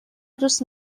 دوست